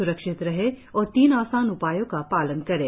स्रक्षित रहें और तीन आसान उपायों का पालन करें